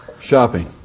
shopping